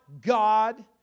God